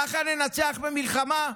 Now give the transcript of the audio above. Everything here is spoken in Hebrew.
ככה ננצח במלחמה,